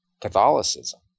Catholicism